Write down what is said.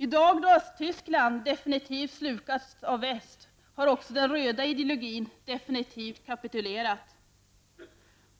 I dag, då Östtyskland definitivt slukats av väst, har också den röda ideologin definitivt kapitulerat.